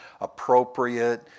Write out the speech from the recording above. appropriate